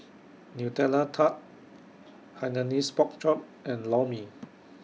Nutella Tart Hainanese Pork Chop and Lor Mee